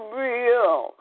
real